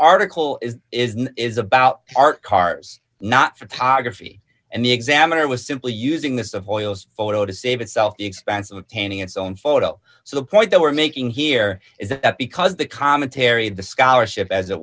article is about art cars not photography and the examiner was simply using this of oils photo to save itself the expense of painting it's own photo so the point that we're making here is that because the commentary and the scholarship as it